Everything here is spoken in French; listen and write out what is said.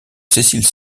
cécile